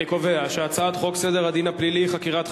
אני קובע שהצעת חוק סדר הדין הפלילי (חקירת חשודים)